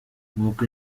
nk’uko